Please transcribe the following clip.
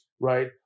right